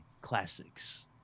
classics